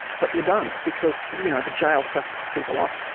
but you don't, because you know the jail stuff puts people off.